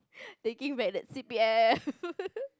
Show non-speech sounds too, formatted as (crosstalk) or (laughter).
they give back that C_P_F (laughs)